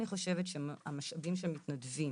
אני חושבת שהמשאבים של מתנדבים,